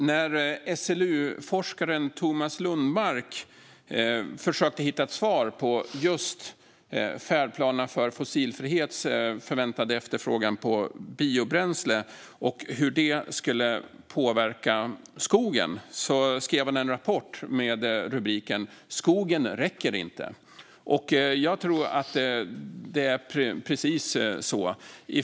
Fru talman! När SLU-forskaren Tomas Lundmark utifrån färdplanerna för fossilfrihet försökte ta reda på den förväntade efterfrågan på biobränsle och hur den skulle påverka skogen skrev han en rapport med rubriken Skogen räcker inte . Jag tror att det är precis så.